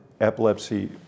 Epilepsy